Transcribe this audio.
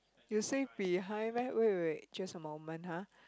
you say behind meh wait wait wait just a moment ha